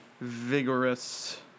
Vigorous